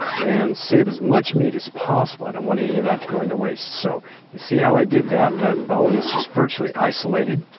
and save as much meat as possible. i don't want any of that to going to waste, so you see how i did that, that bone is just virtually isolated.